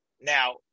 Now